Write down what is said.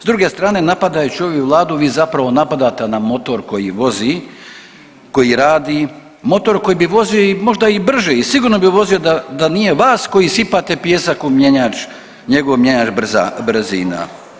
S druge strane napadajući ovu vladu vi zapravo napadate na motor koji vozi, koji radi, motor koji bi vozio i možda i brže i sigurno bi vozio da, da nije vas koji sipate pijesak u mjenjač, njegov mjenjač brzina.